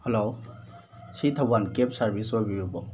hello ꯁꯤ ꯊꯧꯕꯥꯜ cab service ꯑꯣꯏꯕꯤꯔꯕꯣ